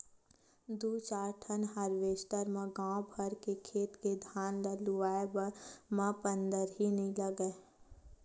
दू चार ठन हारवेस्टर म गाँव भर के खेत के धान ल लुवाए म पंदरही नइ लागय